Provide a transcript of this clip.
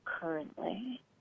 currently